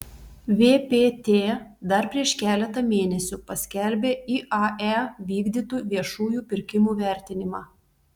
vpt dar prieš keletą mėnesių paskelbė iae vykdytų viešųjų pirkimų vertinimą